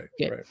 Right